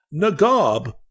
Nagab